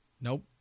Nope